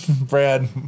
Brad